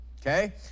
Okay